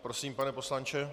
Prosím, pane poslanče.